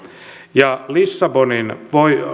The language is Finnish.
lissabonin